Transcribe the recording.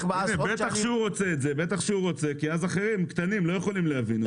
--- בטח שהוא רוצה את זה כי אז אחרים קטנים לא יכולים להביא.